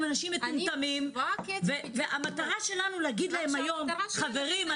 אנשים מטומטמים והמטרה שלנו להגיד להם היום: חברים,